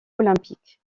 olympique